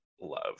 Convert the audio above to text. love